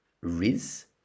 riz